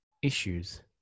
issues